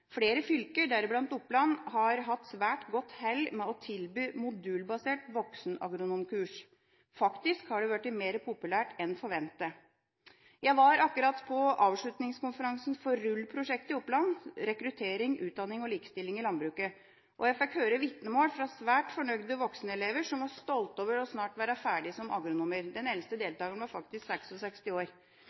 Flere fylker, deriblant Oppland, har hatt svært godt hell med å tilby modulbasert voksenagronomkurs. Det har faktisk blitt mer populært enn forventet. Jeg var akkurat på avslutningskonferansen for RULL-prosjektet, Rekruttering, utdanning og likestilling i landbruket, i Oppland, og jeg fikk høre vitnemål fra svært fornøyde voksenelever som var stolte over snart å være ferdigutdannet som agronomer. Den eldste deltakeren var faktisk 66 år